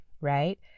right